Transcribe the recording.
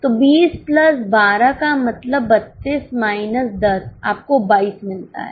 तो 20 प्लस 12 का मतलब 32 माइनस 10 आपको 22 मिलता है